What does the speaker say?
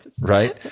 Right